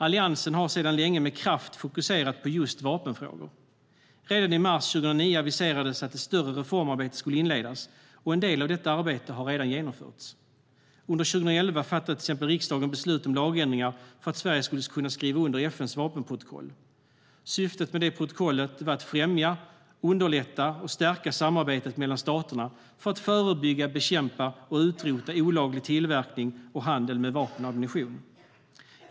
Alliansen har sedan länge med kraft fokuserat på just vapenfrågor. Redan i mars 2009 aviserades att ett större reformarbete skulle inledas, och en del av detta arbete har redan genomförts. Till exempel fattade riksdagen under 2011 beslut om lagändringar för att Sverige skulle kunna skriva under FN:s vapenprotokoll. Syftet med vapenprotokollet är att främja, underlätta och stärka samarbetet mellan staterna för att förebygga, bekämpa och utrota olaglig tillverkning och handel med vapen och ammunition.